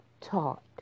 taught